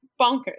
bonkers